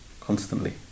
Constantly